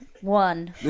one